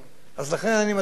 אז לכן אני מציע גם